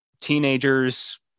teenagers